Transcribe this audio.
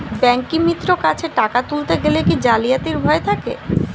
ব্যাঙ্কিমিত্র কাছে টাকা তুলতে গেলে কি জালিয়াতির ভয় থাকে?